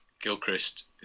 Gilchrist